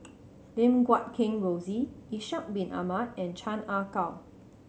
Lim Guat Kheng Rosie Ishak Bin Ahmad and Chan Ah Kow